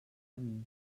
camí